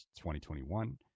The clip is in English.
2021